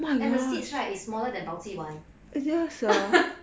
and the seeds are smaller than 保济丸